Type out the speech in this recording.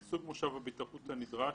סוג מושב הבטיחות הנדרש,